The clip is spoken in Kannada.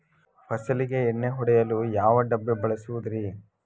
ಫಸಲಿಗೆ ಎಣ್ಣೆ ಹೊಡೆಯಲು ಯಾವ ಡಬ್ಬಿ ಬಳಸುವುದರಿ?